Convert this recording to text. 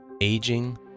aging